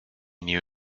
knew